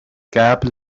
قبل